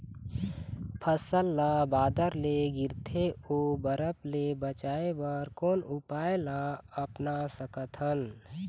फसल ला बादर ले गिरथे ओ बरफ ले बचाए बर कोन उपाय ला अपना सकथन?